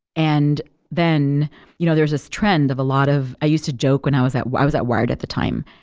and then you know there's this trend of a lot of i used to joke when i was at i was at wired at the time,